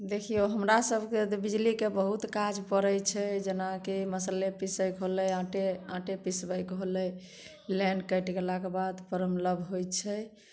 देखिऔ हमरासभकेँ तऽ बिजलीके बहुत काज पड़ै छै जेना कि मसल्ले पिसैके होलै आँटे आँटे पिसबैके होलै लाइन कटि गेलाके बाद प्रॉब्लम होइ छै